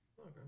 okay